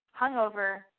hungover